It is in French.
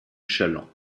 chalands